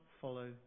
follow